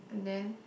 then